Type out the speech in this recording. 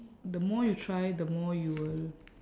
the more you try the more you will